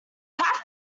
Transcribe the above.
have